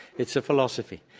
it's a philosophy.